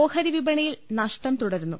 ഓഹരി വിപണിയിൽ നഷ്ടം തുടരുന്നു